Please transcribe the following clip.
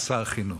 היה שר החינוך,